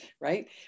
right